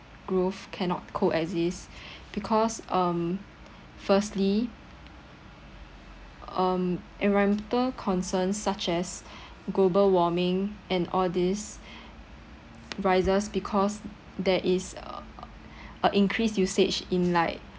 growth cannot co-exist because um firstly um environmental concerns such as global warming and all this rises because there is uh a increase usage in like